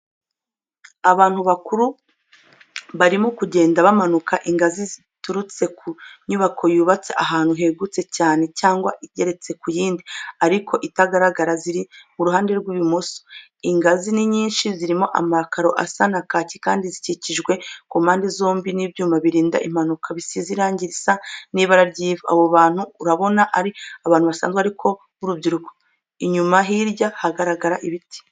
Abantu bakuru barimo kugenda bamanuka ingazi ziturutse ku nyubako yubatse ahantu hegutse cyane cyangwa igeretse ku yindi, ariko itagaragara. Ziri mu ruhande rw'ibumoso. Ingazi ni nyinshi, ziriho amakaro asa na kaki kandi zikikijwe ku mpande zombi,m n'ibyuma birinda impanuka, bisize irangi risa n'ibara ry'ivu. Abo bantu urabona ari abantu basanzwe ariko b'urubyiruko. Inyuma hirya haragaragara ibiti.